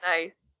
Nice